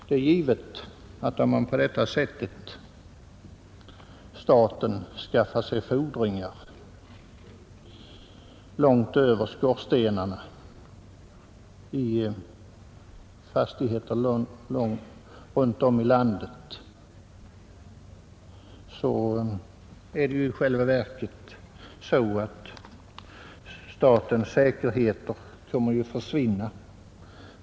Det är givet att om staten på detta sätt skaffar sig fordringar långt över skorstenarna i fastigheter runt om i landet, så kommer statens säkerheter i själva verket att försvinna.